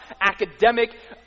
academic